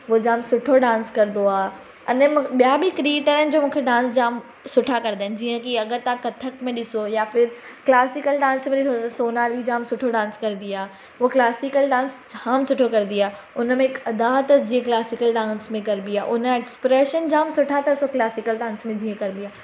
उहो जाम सुठो डांस कंदो आहे अने मूंखे ॿिया बि क्रिएटर आहिनि जो मूंखे डांस जाम सुठा कंदा आहिनि जीअं की अगरि तव्हां कथक में ॾिसो या फिर क्लासिकल डांस में ॾिसो सोनाली जाम सुठो डांस कंदी आहे क्लासिकल डांस जाम सुठो कंदी आहे हुन में हिक अदाहट जे क्लासिकल डांस में करिबी आहे हुन जा एक्सप्रेशन जाम सुठा अथसि हू क्लासिकल डांस में जीअं करिबी आहे